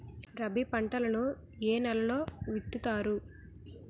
రబీ పంటలను ఏ నెలలో విత్తుతారు?